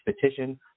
petition